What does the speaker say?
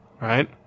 Right